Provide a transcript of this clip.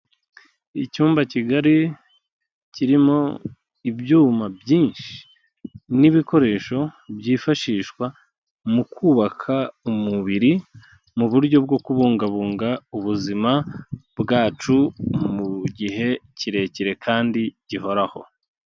Icyumba kigari kirimo ibyuma byinshi n'ibikoresho byifashishwa mu kubaka umubiri mu buryo bwo kubungabunga ubuzima bwacu mu gihe kirekire kandi gihoraho.